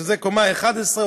שזה קומה 11,